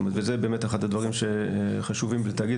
וזה באמת אחד הדברים שחשובים בתאגיד,